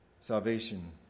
salvation